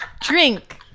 Drink